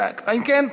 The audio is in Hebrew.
אם כן,